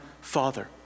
Father